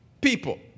people